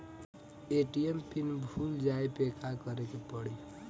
ATM pin भूल जाए पे का करे के पड़ी?